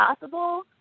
possible